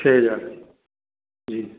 छः हजार जी